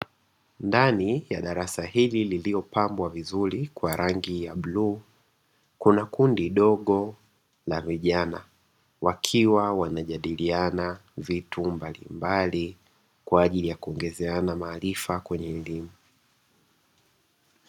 Ndani ya darasa hili lililopambwa vizuri kwa rangi ya bluu, kuna kundi dogo la vijana wakiwa wanajadiliana vitu mbalimbali kwa ajili ya kuongezeana maarifa kwenye elimu.